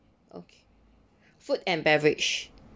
okay food and beverage